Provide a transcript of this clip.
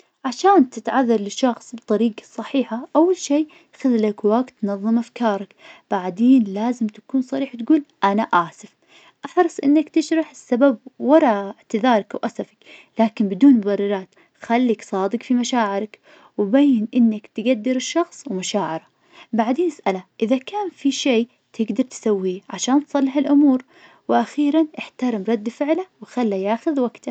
علشان تعتذر لشخص بطريقة صحيحة، أول شيء خذ وقتًا لتنظيم أفكارك. بعدين، لازم تكون صريح وتقول "أنا آسف". احرص على أن تشرح السبب وراء اعتذارك بدون مبررات. خليك صادق بمشاعرك وبين إنك تفهم مشاعر الشخص الآخر. إذا كان في شيء تقدر تسويه عشان تصلح الأمور، قم به. وأخيرًا، احترم رد فعله واترك له الوقت.